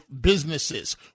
businesses